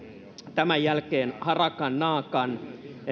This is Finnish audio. tämän jälkeen harakan naakan